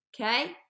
Okay